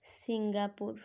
Singapore